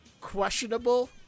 questionable